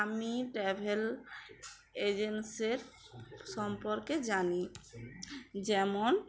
আমি ট্র্যাভেল এজেন্সির সম্পর্কে জানি যেমন